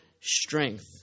strength